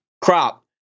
crop